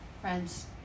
Friends